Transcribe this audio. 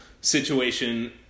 situation